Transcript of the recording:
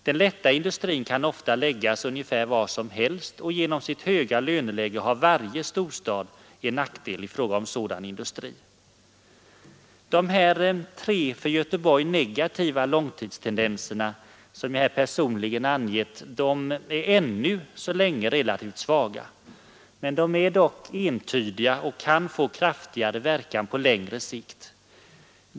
Den lätta industrin kan ofta läggas ungefär var som helst och genom sitt höga löneläge har varje storstad en nackdel i fråga om sådan industri. Dessa tre för Göteborg negativa långsiktstendenser som jag här personligen angett är ännu relativt svaga. Men de är dock entydiga och kan få kraftigare verkan på längre sikt.